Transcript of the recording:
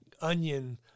onion